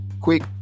quick